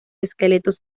esqueletos